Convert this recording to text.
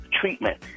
treatment